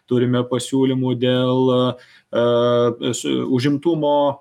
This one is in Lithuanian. turime pasiūlymų dėl a su užimtumo